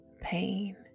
pain